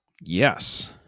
Yes